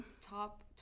top